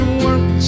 work